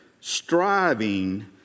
striving